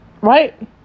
right